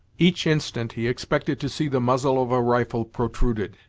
each instant he expected to see the muzzle of a rifle protruded,